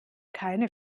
keine